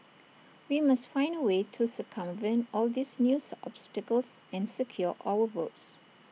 we must find A way to circumvent all these news obstacles and secure our votes